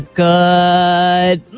good